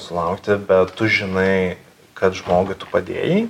sulaukti bet tu žinai kad žmogui tu padėjai